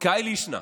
כהאי לישנא.